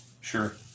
Sure